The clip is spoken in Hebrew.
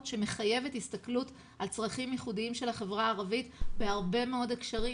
שמחייבת הסתכלות על צרכים ייחודיים של החברה הערבית בהרבה מאוד הקשרים.